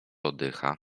oddycha